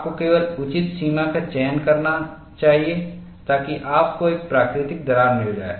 आपको केवल उचित सीमा का चयन करना चाहिए ताकि आपको एक प्राकृतिक दरार मिल जाए